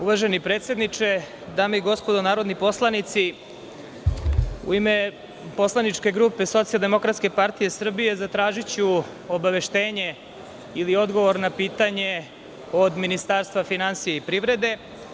Uvaženi predsedniče, dame i gospodo narodni poslanici, u ime poslaničke grupe SDPS zatražiću obaveštenje ili odgovor na pitanje od Ministarstva finansije i privrede.